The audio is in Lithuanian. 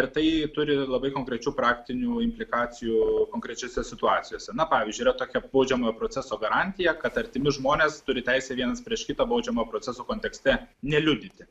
ir tai turi labai konkrečių praktinių implikacijų konkrečiose situacijose na pavyzdžiui yra tokia baudžiamojo proceso garantija kad artimi žmonės turi teisę vienas prieš kitą baudžiamojo proceso kontekste neliudyti